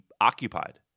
occupied